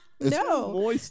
No